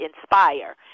inspire